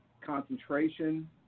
concentration